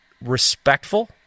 respectful